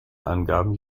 angaben